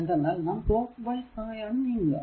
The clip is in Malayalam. എന്തെന്നാൽ നാം ക്ലോക്ക് വൈസ് ആയാണ് നീങ്ങുക